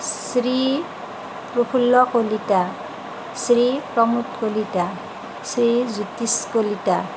Shri Prafulla Kalita Shri Pramod Kalita Shri Jyotish Kalita